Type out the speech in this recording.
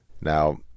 Now